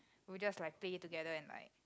we just like play it together and like